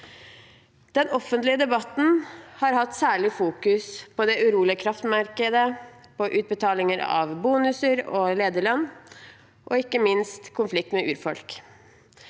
Den offentlige debatten har fokusert særlig på det urolige kraftmarkedet, på utbetalinger av bonuser og lederlønn og ikke minst på konflikt med urfolk.